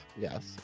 Yes